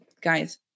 guys